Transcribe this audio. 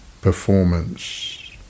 performance